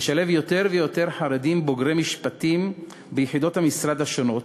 לשלב יותר ויותר חרדים בוגרי משפטים ביחידות המשרד השונות,